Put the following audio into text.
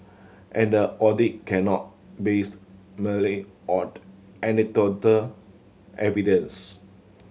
and the audit cannot based merely out anecdotal evidence